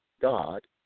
God